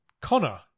Connor